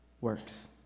works